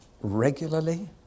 regularly